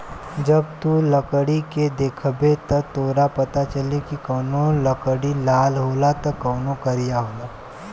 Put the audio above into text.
जब तू लकड़ी के देखबे त तोरा पाता चली की कवनो लकड़ी लाल होला त कवनो करिया होला